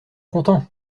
contents